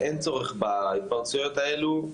אין צורך בהתפרצויות האלה,